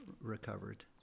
recovered